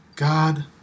God